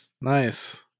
Nice